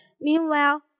Meanwhile